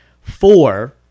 four